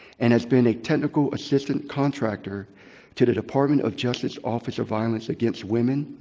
and has been a technical assistant contractor to the department of justice office of violence against women,